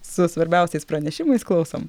su svarbiausiais pranešimais klausom